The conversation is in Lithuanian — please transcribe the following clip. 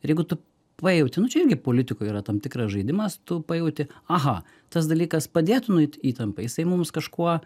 ir jeigu tu pajauti nu čia irgi politikoje yra tam tikras žaidimas tu pajauti aha tas dalykas padėtų nuimti įtampą jisai mums kažkuo